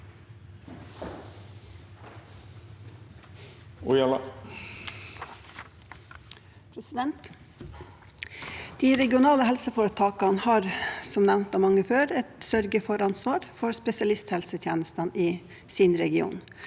Ojala (PF) De regionale helsefore- takene har, som nevnt av mange før, et sørge-for-ansvar for spesialisthelsetjenestene i sin region.